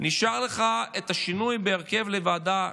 ונשאר לך השינוי בהרכב הוועדה